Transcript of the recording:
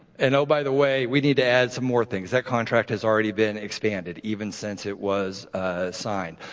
and oh, by the way, we need to add some more things. that contract has already been expanded, even since it was signed.